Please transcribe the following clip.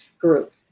group